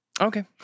Okay